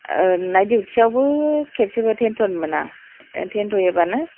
night डिउटियावबो खेबसेबो थेन्थ'नो मोना थेन्थ'योबानो